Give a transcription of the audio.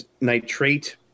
nitrate